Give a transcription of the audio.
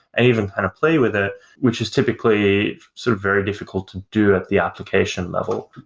and even kind of play with ah which is typically sort of very difficult to do at the application level.